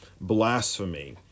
blasphemy